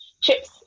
chips